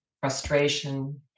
Frustration